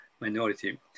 minority